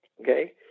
okay